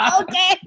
Okay